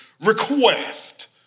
request